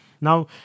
Now